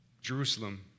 Jerusalem